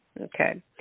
Okay